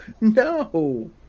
no